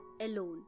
alone